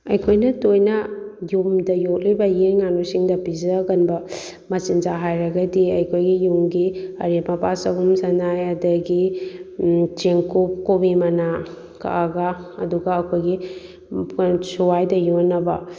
ꯑꯩꯈꯣꯏꯅ ꯇꯣꯏꯅ ꯌꯨꯝꯗ ꯌꯣꯛꯂꯤꯕ ꯌꯦꯟ ꯉꯥꯅꯨꯁꯤꯡꯗ ꯄꯤꯖꯒꯟꯕ ꯃꯆꯤꯟꯖꯥꯛ ꯍꯥꯏꯔꯒꯗꯤ ꯑꯩꯈꯣꯏꯒꯤ ꯌꯨꯝꯒꯤ ꯑꯔꯦꯝ ꯑꯄꯥ ꯆꯒꯨꯝ ꯆꯅꯥꯏ ꯑꯗꯒꯤ ꯆꯦꯡꯀꯨꯞ ꯀꯣꯕꯤ ꯃꯅꯥ ꯀꯛꯑꯒ ꯑꯗꯨꯒ ꯑꯩꯈꯣꯏꯒꯤ ꯁꯋꯥꯏꯗ ꯌꯣꯟꯅꯕ